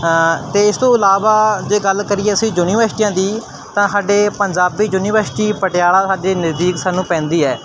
ਅਤੇ ਇਸ ਤੋਂ ਇਲਾਵਾ ਜੇ ਗੱਲ ਕਰੀਏ ਅਸੀਂ ਯੂਨੀਵਰਸਿਟੀਆਂ ਦੀ ਤਾਂ ਸਾਡੇ ਪੰਜਾਬੀ ਯੂਨੀਵਰਸਿਟੀ ਪਟਿਆਲਾ ਸਾਡੇ ਨਜ਼ਦੀਕ ਸਾਨੂੰ ਪੈਂਦੀ ਹੈ